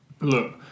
Look